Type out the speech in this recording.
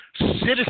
citizens